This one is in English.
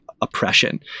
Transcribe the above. oppression